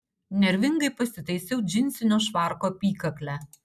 nervingai pasitaisiau džinsinio švarko apykaklę